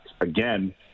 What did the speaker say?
again